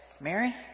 Mary